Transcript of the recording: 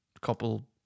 couple